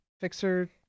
fixer